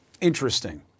interesting